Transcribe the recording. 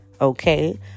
okay